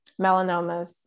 melanomas